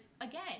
again